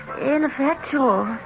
ineffectual